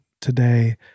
today